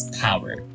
power